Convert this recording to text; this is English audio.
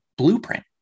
blueprint